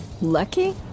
Lucky